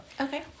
Okay